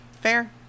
Fair